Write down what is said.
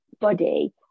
body